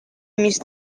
miss